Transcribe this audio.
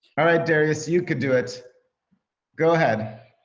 all right, darius you can do it go ahead.